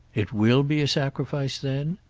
it will be a sacrifice then?